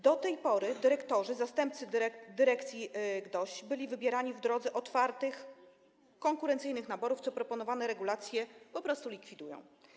Do tej pory dyrektorzy, zastępcy dyrekcji w GDOŚ byli wybierani w drodze otwartych, konkurencyjnych naborów, co proponowane regulacje po prostu likwidują.